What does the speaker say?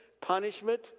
punishment